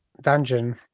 dungeon